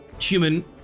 human